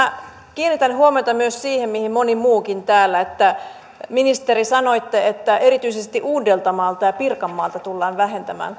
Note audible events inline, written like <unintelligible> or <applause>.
kiinnitän huomiota myös siihen mihin moni muukin täällä että ministeri sanoitte että erityisesti uudeltamaalta ja pirkanmaalta tullaan vähentämään <unintelligible>